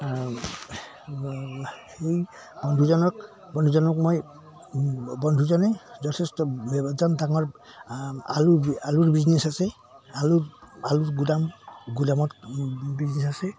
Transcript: এই বন্ধুজনক বন্ধুজনক মই বন্ধুজনে যথেষ্ট এজন ডাঙৰ আলু আলুৰ বিজনেছ আছে আলু আলুৰ গুদাম গুদামত বিজনেছ আছে